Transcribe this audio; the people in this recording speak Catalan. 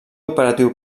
operatiu